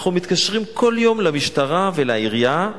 אנחנו מתקשרים כל יום למשטרה ולעירייה,